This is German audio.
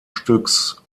stücks